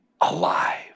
alive